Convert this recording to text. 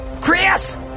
Chris